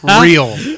real